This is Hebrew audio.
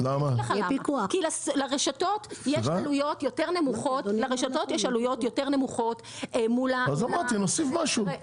כי לרשתות יש עלויות יותר נמוכות מול --- אז אמרתי שנוסיף משהו,